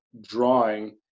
drawing